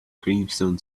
crimson